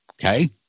okay